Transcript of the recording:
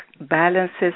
balances